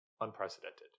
unprecedented